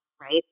Right